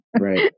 Right